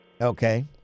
Okay